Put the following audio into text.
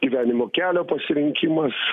gyvenimo kelio pasirinkimas